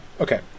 okay